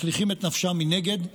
משליכים את נפשם מנגד,